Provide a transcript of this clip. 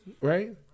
right